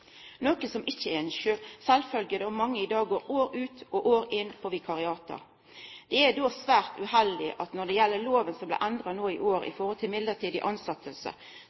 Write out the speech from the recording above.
noko som ikkje er sjølvsagt, då mange i dag går år ut og år inn i vikariat. Det er då svært uheldig at i samband med loven om mellombels tilsetjing som blei endra no i år,